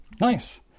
nice